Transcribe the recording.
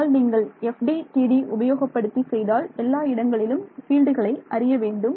ஆனால் நீங்கள் FDTD உபயோகப்படுத்தி செய்தால் எல்லா இடங்களிலும் ஃபீல்டுகளை அறிய வேண்டும்